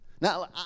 Now